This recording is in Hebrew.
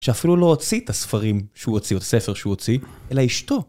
שאפילו לא הוציא את הספרים שהוא הוציא, או את הספר שהוא הוציא, אלא אשתו.